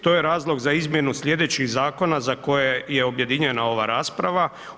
To je razlog za izmjenu sljedećih zakona za koje je objedinjena ova rasprava.